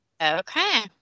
Okay